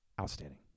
Outstanding